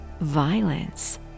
violence